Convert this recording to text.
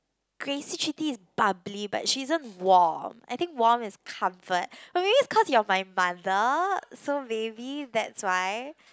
Crazy Chitty is bubbly but she isn't warm I think warm is comfort but maybe is cause you're my mother so maybe that's why